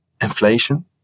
inflation